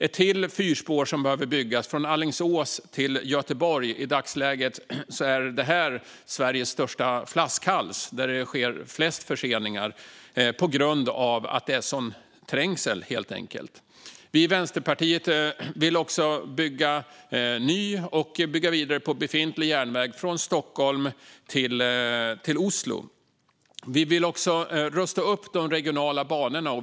Ett till fyrspår behöver byggas från Alingsås till Göteborg. I dagsläget är detta Sveriges största flaskhals där det sker flest förseningar på grund av att det helt enkelt är en sådan trängsel. Vi i Vänsterpartiet vill också bygga ny och bygga vidare på befintlig järnväg från Stockholm till Oslo. Vi vill också rusta upp de regionala banorna.